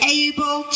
able